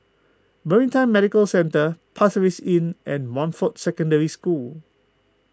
Maritime Medical Centre Pasir Inn and Montfort Secondary School